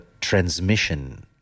transmission